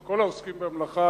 את כל העוסקים במלאכה,